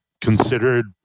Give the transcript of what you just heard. considered